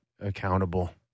accountable